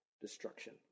destruction